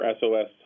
SOS